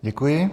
Děkuji.